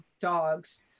dogs